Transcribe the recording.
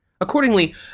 Accordingly